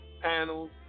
panels